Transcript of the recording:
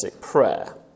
prayer